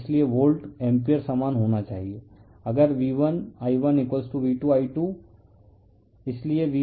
इसलिए volt ampere समान होना चाहिए अगर V1 I1V2I2 इसलिए V1V2I2I1